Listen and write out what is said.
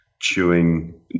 chewing